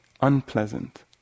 unpleasant